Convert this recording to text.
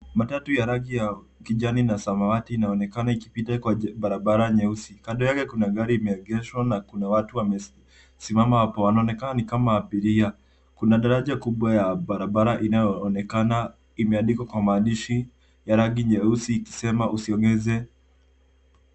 Matatunya rangi ya kijani na samawati inaonekana ikipita kwenye barabara nyeusi. Kando yake kuna gari imeegeshwa na kuna watu wamesimama hapo. Wanaonekana ni kama abiria. Kuna daraja kubwa ya barabara inayoonekana imeandikwa kwa maandishi ya rangi nyeusi ikisema usiongeze.